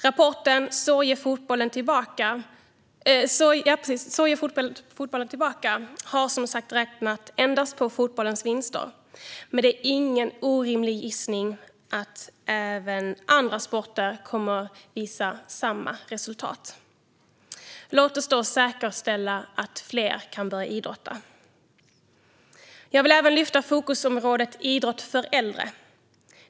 Rapporten Så ger fotbollen tillbaka har räknat endast på fotbollens vinster, men det är ingen orimlig gissning att resultatet skulle bli detsamma även för andra sporter. Låt oss därför säkerställa att fler kan börja idrotta! Jag vill även lyfta fokusområdet idrott för äldre.